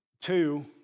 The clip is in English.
Two